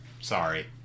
Sorry